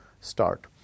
start